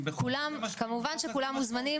כמובן שכולם מוזמנים.